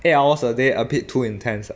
eight hours a day a bit too intense ah